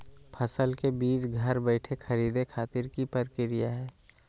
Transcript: फसल के बीज घर बैठे खरीदे खातिर की प्रक्रिया हय?